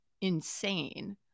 insane